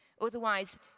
Otherwise